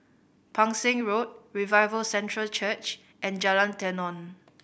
Pang Seng Road Revival Centre Church and Jalan Tenon